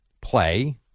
play